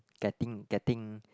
getting getting